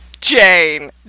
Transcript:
Jane